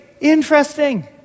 Interesting